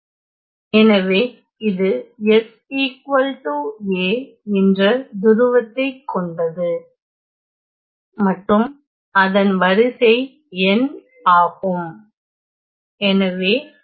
எனவே இது s a என்ற துருவத்தை கொண்டது மற்றும் அதன் வரிசை n ஆகும்